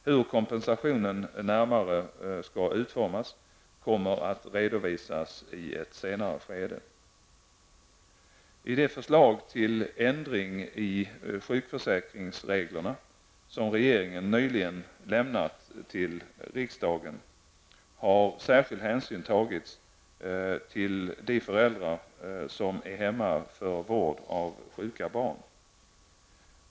Hur kompensationen närmare skall utformas kommer att redovisas i ett senare skede. I det förslag till ändring i sjukförsäkringsreglerna som regeringen nyligen lämnat till riksdagen har särskild hänsyn tagits till de föräldrar som är hemma för vård av sjuka barn.